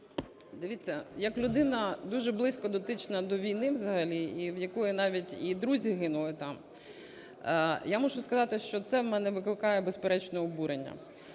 Дивіться, як людина дуже близько дотична до війни взагалі і в якої навіть і друзі гинули там, я мушу сказати, що це в мене викликає, безперечно, обурення.